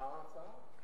מה ההצעה?